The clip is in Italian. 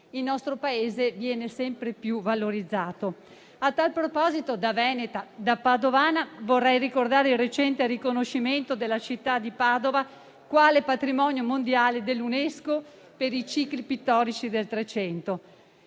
il nostro Paese viene sempre più valorizzato. A tal proposito, da veneta, da padovana vorrei ricordare il recente riconoscimento della città di Padova quale patrimonio mondiale dell'Unesco per i cicli pittorici del Trecento.